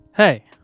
Hey